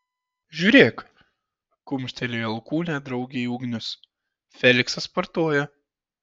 žiūrėk kumštelėjo alkūne draugei ugnius feliksas sportuoja